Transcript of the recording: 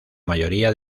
mayoría